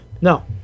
No